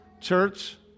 Church